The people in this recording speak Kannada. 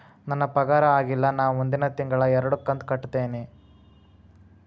ನನ್ನ ಪಗಾರ ಆಗಿಲ್ಲ ನಾ ಮುಂದಿನ ತಿಂಗಳ ಎರಡು ಕಂತ್ ಕಟ್ಟತೇನಿ